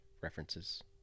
references